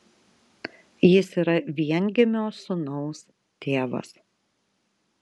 jis yra viengimio sūnaus tėvas